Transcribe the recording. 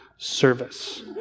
service